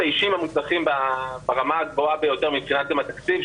האישים המונצחים ברמה הגבוהה ביותר מבחינת התקציב,